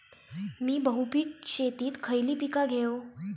मी बहुपिक शेतीत खयली पीका घेव?